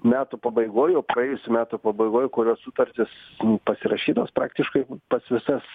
metų pabaigoj jau praėjusių metų pabaigoj kurios sutartys pasirašytos praktiškai pas visas